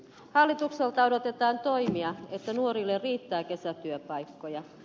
hallitukselta odotetaan toimia että nuorille riittää kesätyöpaikkoja